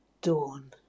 Dawn